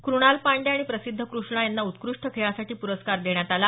कृणाल पांड्या आणि प्रसिद्ध कृष्णा यांना उत्कृष्ट खेळासाठी पुरस्कार देण्यात आला